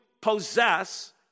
possess